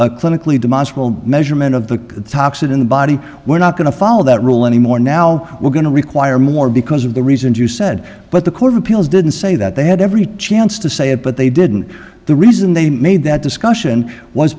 a clinically demonstrably measurement of the toxin in the body we're not going to follow that rule anymore now we're going to require more because of the reasons you said but the court of appeals didn't say that they had every chance to say it but they didn't the reason they made that discussion